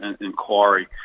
inquiry